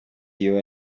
you